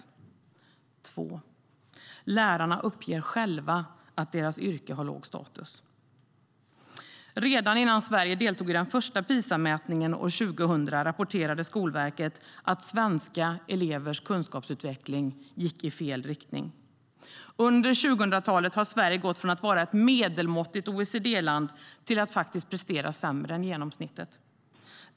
För det andra: Lärarna uppger själva att deras yrke har låg status. Redan innan Sverige deltog i den första PISA-mätningen år 2000 rapporterade Skolverket att svenska elevers kunskapsresultat gick i fel riktning. Under 2000-talet har Sverige gått från att vara ett medelmåttigt OECD-land till att prestera sämre än genomsnittet.